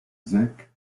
zec